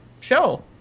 show